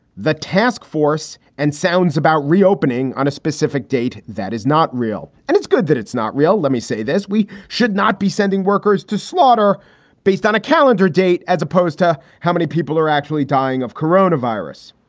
the task force and sounds about reopening on a specific date. that is not real. and it's good that it's not real. let me say this. we should not be sending workers to slaughter based on a calendar date as opposed to how many people are actually dying of corona virus.